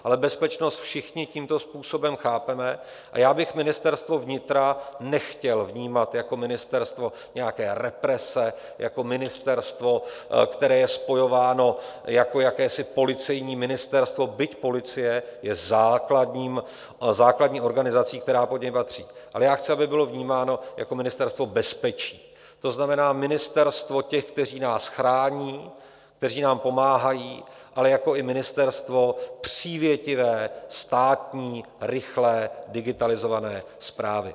Ale bezpečnost všichni tímto způsobem chápeme a já bych Ministerstvo vnitra nechtěl vnímat jako ministerstvo nějaká represe, jako ministerstvo, které je vnímáno jako jakési policejní ministerstvo, byť policie je základní organizací, která pod něj patří, ale já chci, aby bylo vnímáno jako ministerstvo bezpečí, to znamená ministerstvo těch, kteří nás chrání, kteří nám pomáhají, ale i jako ministerstvo přívětivé státní rychlé digitalizované správy.